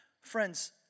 Friends